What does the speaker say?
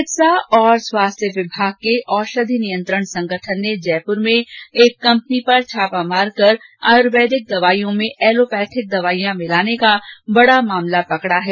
चिकित्सा और स्वास्थ्य विभाग के औषधि नियंत्रण संगठन ने जयप्र में एक कंपनी पर छापा मारकर आयुर्वेदिक दवाइयों में एलोपैथिक दवाइयां मिलाने का बड़ा मामला पकड़ा है